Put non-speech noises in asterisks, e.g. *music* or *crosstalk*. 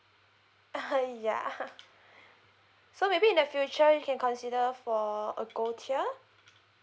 *laughs* ya so maybe in the future you can consider for a gold tier